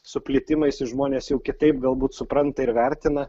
su plitimais ir žmonės jau kitaip galbūt supranta ir vertina